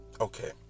Okay